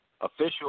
official